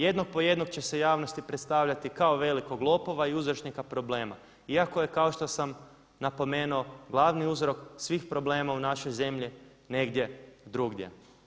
Jednog po jednog će se javnosti predstavljati kao velikog lopova i uzročnika problema iako je kao što sam napomenuo glavni uzrok svih problema u našoj zemlji negdje drugdje.